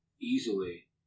easily